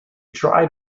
tried